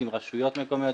עם רשויות מקומיות,